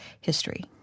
history